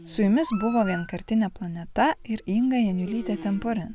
su jumis buvo vienkartinė planeta ir inga janiulytė temporen